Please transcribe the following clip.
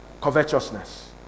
covetousness